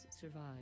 survive